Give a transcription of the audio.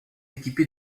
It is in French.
équipé